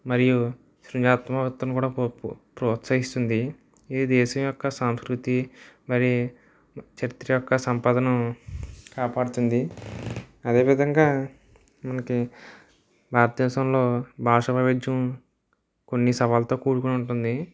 మరియు సృజనాత్మకతను కూడా ప్రోత్స ప్రోత్సహిస్తుంది ఈ దేశం యొక్క సంస్కృతి మరియు చరిత్ర యొక్క సంపదను కాపాడుతుంది అదే విధంగా మనకి భారతదేశంలో భాషా వైవిధ్యం కొన్ని సవాళ్లతో కూడుకుని ఉంటుంది